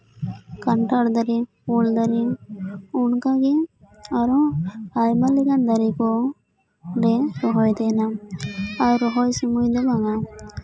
ᱠᱟᱱᱴᱷᱟᱲ ᱫᱟᱨᱮ ᱩᱞᱫᱟᱨᱮ ᱚᱱᱠᱟᱜᱮ ᱟᱨᱦᱚᱸ ᱟᱭᱢᱟ ᱞᱮᱠᱟᱱ ᱫᱟᱨᱮ ᱠᱚ ᱚᱰᱮᱸ ᱨᱚᱦᱚᱭ ᱛᱟᱦᱮᱱᱟ ᱟᱨ ᱨᱚᱦᱚᱭ ᱥᱚᱢᱚᱭ ᱫᱚ ᱞᱟᱜᱟᱜᱼᱟ